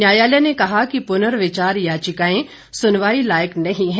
न्यायालय ने कहा कि पुनर्विचार याचिकाएं सुनवाई लायक नहीं है